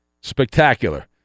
Spectacular